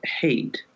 hate